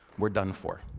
we're done for.